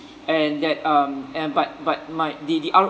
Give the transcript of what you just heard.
and that um and but but my the the R_O